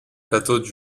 plateau